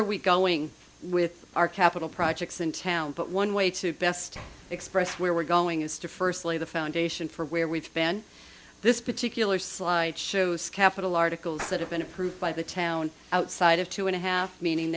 are we going with our capital projects in town but one way to best express where we're going is to first lay the foundation for where we've been this particular slide shows capital articles that have been approved by the town outside of two and a half meaning